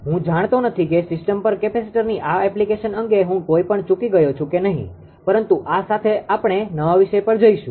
હું જાણતો નથી કે સિસ્ટમ પર કેપેસિટરની આ એપ્લિકેશન અંગે હું કંઈપણ ચૂકી ગયો છું કે નહીં પરંતુ આ સાથે આપણે નવા વિષય પર જઈશું